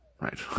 right